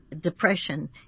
depression